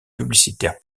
publicitaires